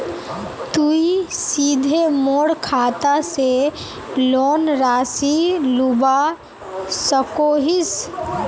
तुई सीधे मोर खाता से लोन राशि लुबा सकोहिस?